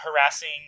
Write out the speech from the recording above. harassing